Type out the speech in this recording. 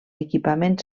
equipament